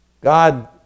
God